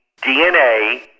DNA